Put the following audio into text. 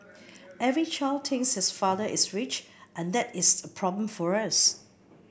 every child thinks his father is rich and that is a problem for us